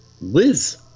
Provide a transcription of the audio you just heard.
Liz